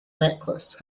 necklace